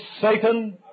Satan